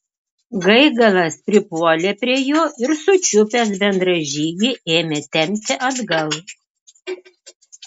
gaigalas pripuolė prie jo ir sučiupęs bendražygį ėmė tempti atgal